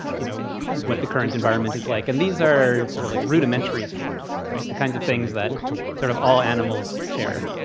you know, what the current environment is like. and these are sort of like rudimentary feelings, right? the kinds of things that sort of all animals share.